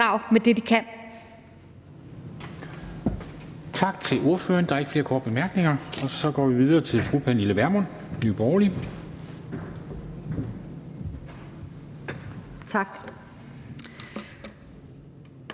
Tak til ordføreren. Der er ikke flere korte bemærkninger, Så går vi videre til fru Pernille Vermund, Nye Borgerlige.